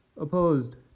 opposed